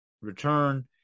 return